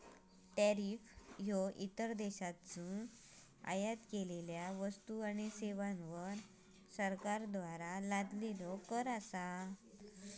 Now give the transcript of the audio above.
tariff ह्यो इतर देशांतसून आयात केलेल्यो वस्तू आणि सेवांवर सरकारद्वारा लादलेलो कर असा